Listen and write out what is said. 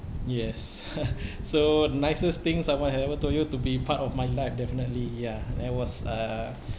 yes so nicest thing someone have ever told you to be part of my life definitely ya that was uh